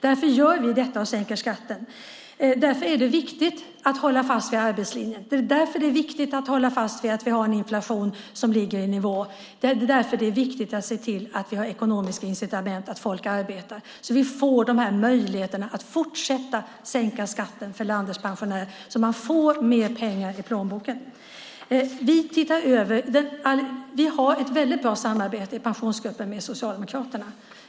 Därför gör vi detta och sänker skatten. Därför är det viktigt att hålla fast vid arbetslinjen. Därför är det viktigt att hålla fast vid att vi har en inflation som ligger på rätt nivå. Därför är det viktigt att se till att vi har ekonomiska incitament så att folk arbetar. Det handlar om att få möjligheterna att fortsätta att sänka skatten för landets pensionärer så de får mer pengar i plånboken. Vi har ett bra samarbete i pensionsgruppen med Socialdemokraterna.